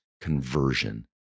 conversion